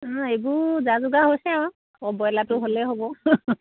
অঁ এইবোৰ যা যোগাৰ হৈছে আৰু অ' ব্ৰইলাৰটো হ'লেই হ'ব